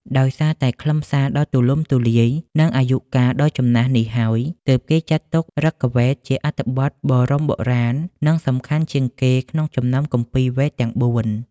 ដោយសារតែខ្លឹមសារដ៏ទូលំទូលាយ និងអាយុកាលដ៏ចំណាស់នេះហើយ ទើបគេចាត់ទុក ឫគវេទ ជាអត្ថបទបរមបុរាណ និងសំខាន់ជាងគេក្នុងចំណោមគម្ពីរវេទទាំង៤។